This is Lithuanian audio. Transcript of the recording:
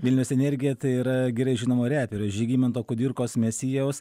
vilniaus energija tai yra gerai žinomo reperio žygimanto kudirkos mesijaus